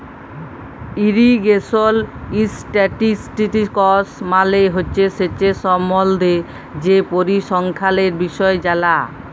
irrigation statistics মালে হছে সেঁচের সম্বল্ধে যে পরিসংখ্যালের বিষয় জালা